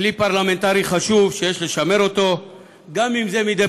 כלי פרלמנטרי חשוב שיש לשמר אותו גם אם זה מדי